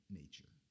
nature